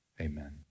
amen